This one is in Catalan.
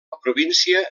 província